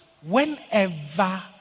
whenever